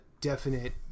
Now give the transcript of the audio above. definite